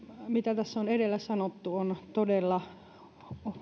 mitä tässä on edellä sanottu on todella